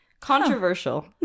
Controversial